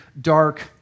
dark